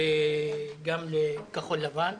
וגם לכחול לבן.